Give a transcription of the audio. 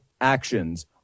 actions